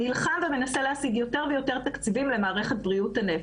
נלחם ומנסה להשיג יותר ויותר תקציבים למערכת בריאות הנפש.